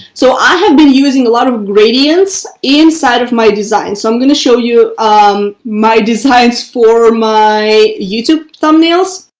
so i have been using a lot of gradients inside of my design, so i'm going to show you um my designs for my youtube thumbnails.